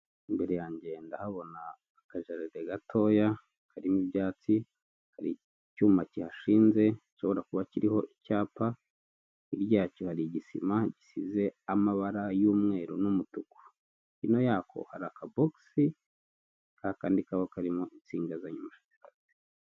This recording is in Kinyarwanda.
Imbere yange ndahabona akajaride gatoya karimo ibyatsi hari icyuma kihashinje gishobora kuba kiriho icyapa hirya yacyo hari igisima gisize amabara y'umweru n'umutuku, hino yako hari akabogisi kakandi kaba karimo insinga z'amashanyarazi.